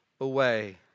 away